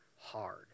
hard